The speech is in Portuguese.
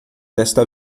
desta